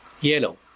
Yellow